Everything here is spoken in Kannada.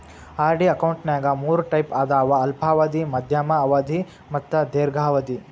ಆರ್.ಡಿ ಅಕೌಂಟ್ನ್ಯಾಗ ಮೂರ್ ಟೈಪ್ ಅದಾವ ಅಲ್ಪಾವಧಿ ಮಾಧ್ಯಮ ಅವಧಿ ಮತ್ತ ದೇರ್ಘಾವಧಿ